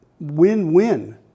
win-win